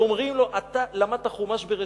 אומרים לו: אתה למדת חומש בראשית?